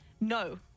no